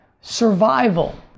survival